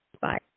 Bye